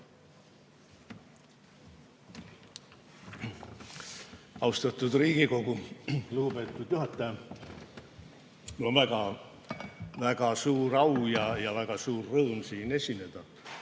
Austatud Riigikogu! Lugupeetud juhataja! Mul on väga suur au ja väga suur rõõm siin esineda.